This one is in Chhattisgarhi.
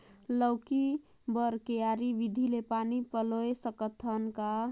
लौकी बर क्यारी विधि ले पानी पलोय सकत का?